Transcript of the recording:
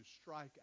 strike